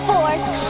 Force